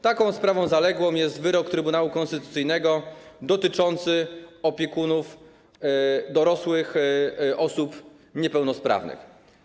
Taką sprawą zaległą jest wyrok Trybunału Konstytucyjnego dotyczący opiekunów dorosłych osób niepełnosprawnych.